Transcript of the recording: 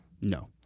No